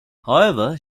however